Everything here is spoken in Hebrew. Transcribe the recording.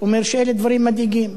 אומר שאלה דברים מדאיגים.